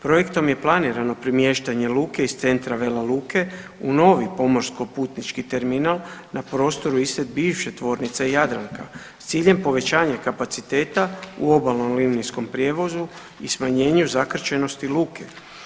Projektom je planirano premještanje luke iz centra Vela Luke u novi pomorsko-putnički terminal na prostor ispred bivše tvornice Jadranka s ciljem povećanja kapaciteta u obalnom linijskom prijevozu i smanjenjem zakrčenosti luke.